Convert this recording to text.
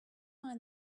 mind